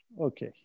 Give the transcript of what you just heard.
Okay